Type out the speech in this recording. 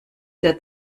der